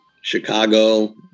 Chicago